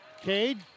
Cade